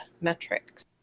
metrics